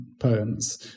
poems